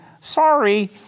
sorry